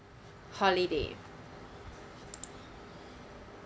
holiday